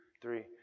three